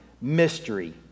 mystery